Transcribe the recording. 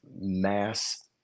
mass